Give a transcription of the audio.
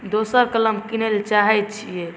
दोसर कलम किनैलए चाहै छिए